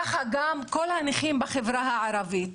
כך גם כל הנכים בחברה הערבית.